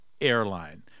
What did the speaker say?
airline